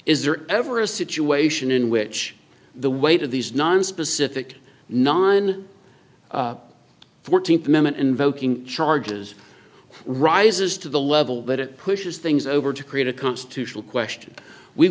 is there ever a situation in which the weight of these nonspecific non fourteenth amendment invoking charges rises to the level that it pushes things over to create a constitutional question we